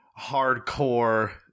hardcore